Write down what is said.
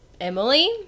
emily